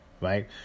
Right